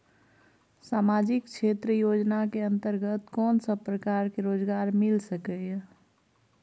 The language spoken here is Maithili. सामाजिक क्षेत्र योजना के अंतर्गत कोन सब प्रकार के रोजगार मिल सके ये?